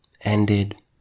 ended